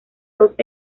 dos